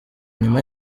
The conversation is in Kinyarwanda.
nyuma